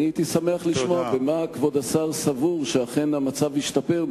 והייתי שמח לשמוע במה כבוד השר סבור שהמצב השתפר,